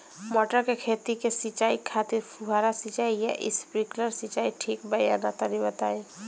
मटर के खेती के सिचाई खातिर फुहारा सिंचाई या स्प्रिंकलर सिंचाई ठीक बा या ना तनि बताई?